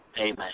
Amen